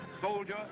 soldier